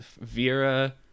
Vera